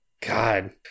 God